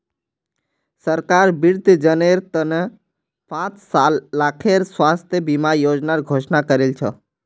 सरकार वृद्धजनेर त न पांच लाखेर स्वास्थ बीमा योजनार घोषणा करील छ